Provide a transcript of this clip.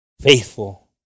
Faithful